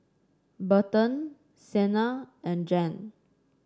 Berton Sienna and Jan